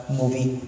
movie